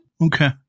okay